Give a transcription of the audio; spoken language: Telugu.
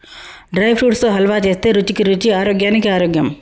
డ్రై ఫ్రూప్ట్స్ తో హల్వా చేస్తే రుచికి రుచి ఆరోగ్యానికి ఆరోగ్యం